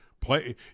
play